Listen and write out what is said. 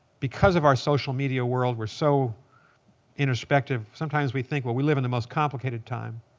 because of our social media world, we're so introspective. sometimes we think, well, we live in the most complicated time.